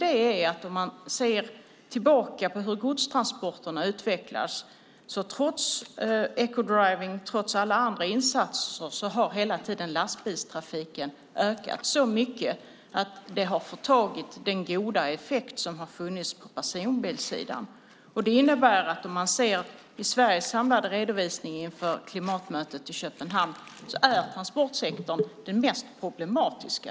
Om man ser tillbaka på hur godstransporterna utvecklats har trots ecodriving och alla andra insatser lastbilstrafiken hela tiden ökat så mycket att det har förtagit den goda effekt som har funnits på personbilssidan. Om man ser på Sveriges samlade redovisning inför klimatmötet i Köpenhamn är transportsektorn den mest problematiska.